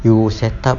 you set up